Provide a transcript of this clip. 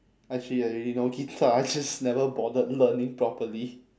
actually I already know guitar I just never bothered learning properly